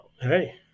Hey